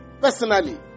personally